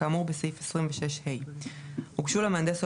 כאמור בסעיף 26ה; הוגשו למהנדס או